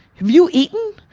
have you eaten?